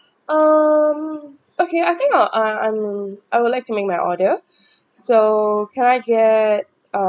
um okay I think I I'm uh I would like to make my order so can I get uh~